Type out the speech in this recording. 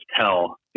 tell